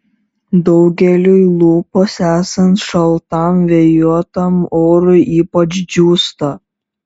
daugeliui lūpos esant šaltam vėjuotam orui ypač džiūsta